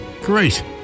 great